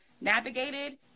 navigated